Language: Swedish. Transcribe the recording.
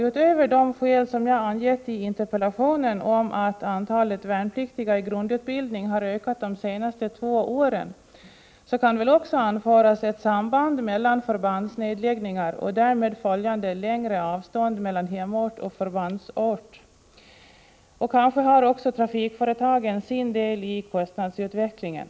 Utöver det skäl som jag har angivit i interpellationen, att antalet värnpliktiga i grundutbildning har ökat de senaste två åren, kan också anföras att det finns ett samband mellan förbandsnedläggningar och därmed följande längre avstånd mellan hemort och förbandsort. Kanske har också trafikföretagen sin del i kostnadsutvecklingen.